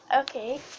Okay